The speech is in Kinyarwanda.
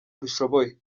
dushoboye